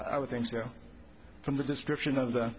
i would think so from the description